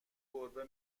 گربه